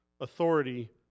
authority